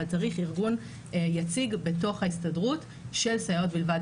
אבל צריך ארגון יציג בתוך ההסתדרות של סייעות בלבד,